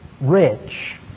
rich